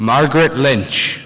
margaret lynch